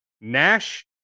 Nash